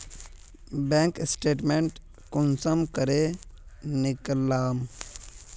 Bank statement कुंसम करे निकलाम?